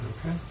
Okay